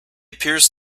appears